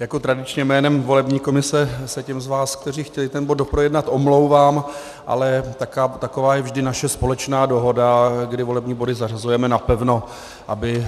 Jako tradičně jménem volební komise se těm z vás, kteří chtěli bod doprojednat, omlouvám, ale taková je vždy naše společná dohoda, kdy volební body zařazujeme napevno, aby